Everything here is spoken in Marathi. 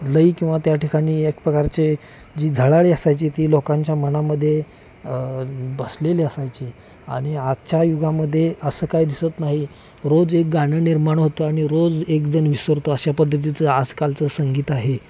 लई किंवा त्या ठिकाणी एक प्रकारचे जी झळाळी असायची ती लोकांच्या मनामध्ये बसलेली असायची आणि आजच्या युगामध्ये असं काय दिसत नाही रोज एक गाणं निर्माण होतं आणि रोज एकजण विसरतो अशा पद्धतीचं आजकालचं संगीत आहे